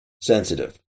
sensitive